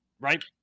Right